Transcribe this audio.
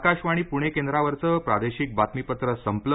आकाशवाणी पुणे केंद्रावरचं प्रादेशिक बातमीपत्र संपलं